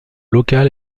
locale